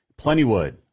Plentywood